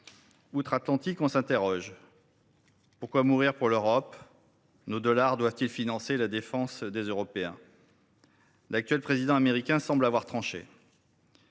Outre Atlantique, on s’interroge :« Pourquoi mourir pour l’Europe ? Nos dollars doivent ils financer la défense des Européens ?» L’actuel président américain semble avoir tranché.